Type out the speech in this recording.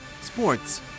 sports